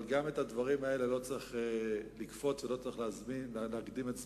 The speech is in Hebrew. אבל גם בדברים האלה לא צריך לקפוץ ולא צריך להקדים את זמנם.